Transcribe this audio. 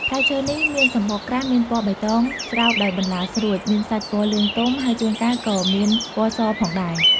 ផ្លែឈើនេះមានសំបកក្រាស់មានពណ៌បៃតងស្រោបដោយបន្លាស្រួច មានសាច់ពណ៌លឿងទុំ ហើយជួនកាលក៏មានពណ៌សផងដែរ។